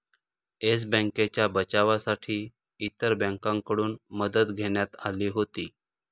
yes बँकेच्या बचावासाठी इतर बँकांकडून मदत घेण्यात आली होती